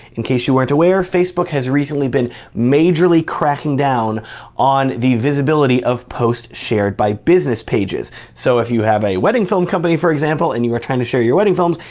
in case you weren't aware, facebook has recently been majorly cracking down on the visibility of posts shared by business pages. so if you have a wedding film company, for example, and you were trying to share your wedding films,